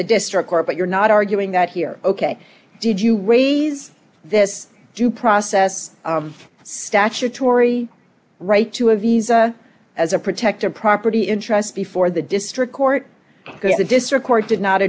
the district court but you're not arguing that here ok did you raise this due process statutory right to a visa as a protector property interests before the district court because the district court did not